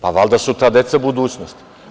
Pa, valjda su ta deca budućnost?